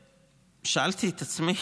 שאלתי את עצמי: